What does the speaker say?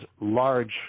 large